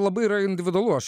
labai yra individualu aš